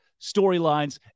storylines